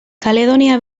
kaledonia